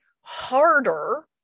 harder